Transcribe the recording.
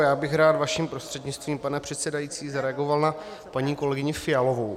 Já bych rád vaším prostřednictvím, pane předsedající, zareagoval na paní kolegyni Fialovou.